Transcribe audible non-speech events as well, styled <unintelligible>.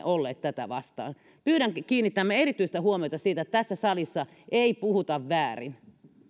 <unintelligible> olleet tätä vastaan pyydän kiinnittämään erityistä huomiota siihen että tässä salissa ei puhuta väärin